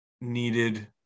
needed